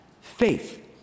faith